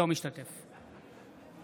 אינו משתתף בהצבעה